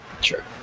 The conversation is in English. Sure